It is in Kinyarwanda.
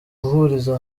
guhuriza